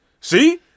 See